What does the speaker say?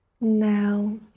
Now